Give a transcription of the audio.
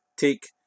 take